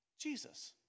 Jesus